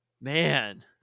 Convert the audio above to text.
Man